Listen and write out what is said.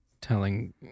telling